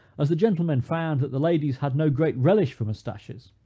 as the gentlemen found that the ladies had no great relish for mustaches,